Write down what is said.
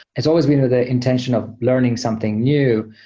it's always been the intention of learning something new.